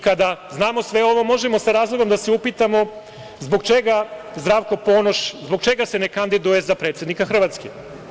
Kada znamo sve ovo možemo sa razlogom da se upitamo zbog čega se Zdravko Ponoš ne kandiduje za predsednika Hrvatske.